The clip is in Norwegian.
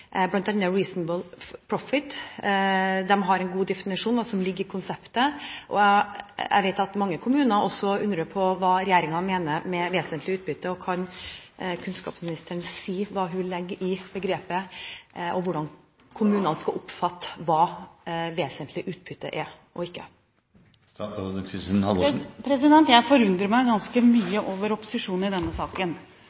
med «reasonable profit». De har en god definisjon, som ligger i konseptet. Jeg vet at mange kommuner også undrer på hva regjeringen mener med vesentlig utbytte. Kan kunnskapsministeren si hva hun legger i begrepet, og hvordan kommunene skal oppfatte hva vesentlig utbytte er og ikke er? Jeg forundrer meg ganske